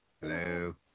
Hello